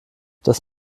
das